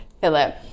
Philip